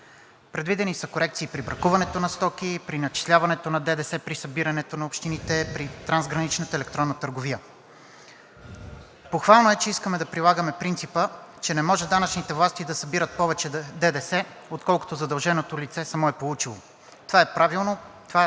Предвидени са корекции при бракуването на стоки, при начисляването на ДДС, при събирането на общините, при трансграничната електронна търговия. Похвално е, че искаме да прилагаме принципа, че не може данъчните власти да събират повече ДДС, отколкото задълженото лице само е получило. Това е правилно, това чака от